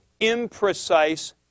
imprecise